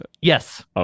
Yes